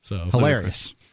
Hilarious